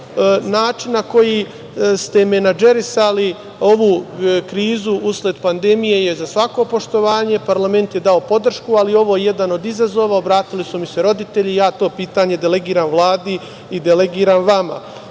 Način na koji ste menadžerisali ovu krizu usled pandemije je za svako poštovanje. Parlament je dao podršku, ali je ovo je jedan od izazova. Obratili su mi se roditelji i ja to pitanje delegiram Vladi i delegiram